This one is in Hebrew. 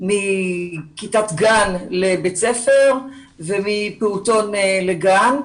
הם מכיתת גן לבית ספר ומפעוטון לגן,